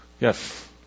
Yes